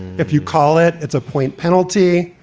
if you call it, it's a point penalty.